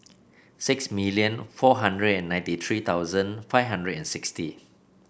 six million four hundred and ninety three thousand five hundred and sixty